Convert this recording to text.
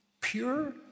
Pure